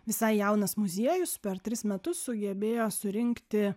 visai jaunas muziejus per tris metus sugebėjo surinkti